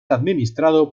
administrado